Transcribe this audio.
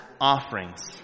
offerings